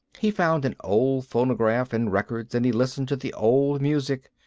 he found an old phonograph and records, and he listened to the old music.